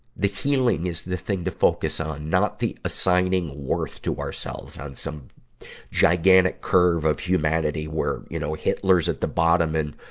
the healing is the thing to focus on, not the assigning worth to ourselves on some gigantic curve of humanity where, you know, hitler's at the bottom and,